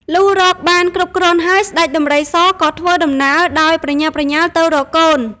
លុះរកបាន គ្រប់គ្រាន់ហើយ ស្តេចដំរីសក៏ធ្វើដំណើរដោយប្រញាប់ប្រញាល់ទៅរកកូន ។